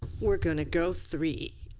we're going to go three.